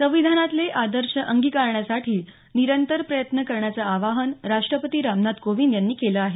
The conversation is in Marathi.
संविधानातले आदर्श अंगिकारण्यासाठी निरंतर प्रयत्न करण्याचं आवाहन राष्ट्रपती रामनाथ कोविंद यांनी केलं आहे